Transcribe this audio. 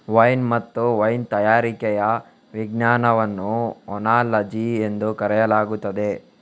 wine ಮತ್ತು wine ತಯಾರಿಕೆಯ ವಿಜ್ಞಾನವನ್ನು ಓನಾಲಜಿ ಎಂದು ಕರೆಯಲಾಗುತ್ತದೆ